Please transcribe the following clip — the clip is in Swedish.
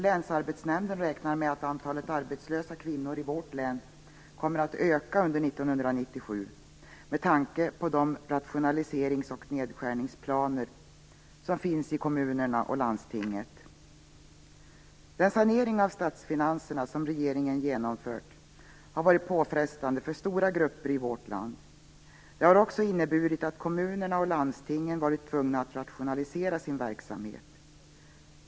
Länsarbetsnämnden räknar med att antalet arbetslösa kvinnor i vårt län kommer att öka under 1997 med tanke på de rationaliserings och nedskärningsplaner som finns i kommunerna och landstinget. Den sanering av statsfinanserna som regeringen genomfört har varit påfrestande för stora grupper i vårt land. Den har också inneburit att kommunerna och landstingen varit tvungna att rationalisera sin verksamhet.